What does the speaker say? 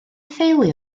theulu